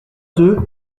deux